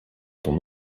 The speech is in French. ton